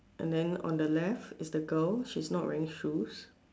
and then on the left is the girl she's not wearing shoes